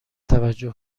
توجه